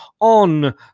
on